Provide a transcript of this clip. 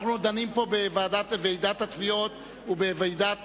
אנחנו דנים פה בוועידת התביעות ובוועידת